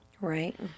right